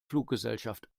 fluggesellschaft